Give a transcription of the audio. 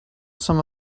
some